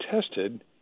tested